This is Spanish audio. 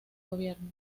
gobierno